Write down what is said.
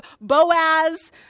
Boaz